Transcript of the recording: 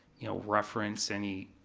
you know, reference, any,